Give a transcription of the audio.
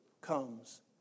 comes